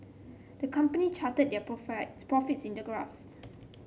the company charted their profits in the graph